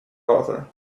author